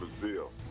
Brazil